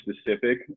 specific